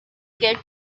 kit